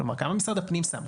כלומר כמה משרד הפנים שם,